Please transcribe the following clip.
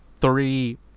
three